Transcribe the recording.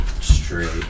straight